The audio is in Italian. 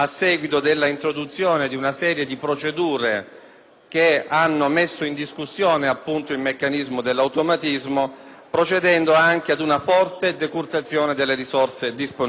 che hanno messo in discussione il meccanismo dell'automatismo, procedendo anche ad una forte decurtazione delle risorse disponibili. L'emendamento